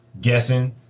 guessing